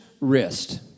wrist